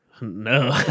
No